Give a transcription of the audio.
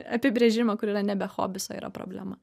apibrėžimą kur yra nebe hobis o yra problema